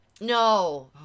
No